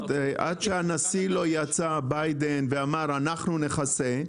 עד שהנשיא ביידן לא יצא ואמר "אנחנו נכסה",